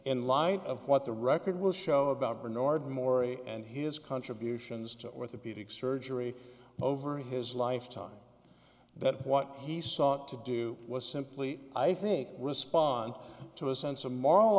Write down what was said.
in light of what the record will show about bernard mori and his contributions to orthopedic surgery over his lifetime that what he sought to do was simply i think respond to a sense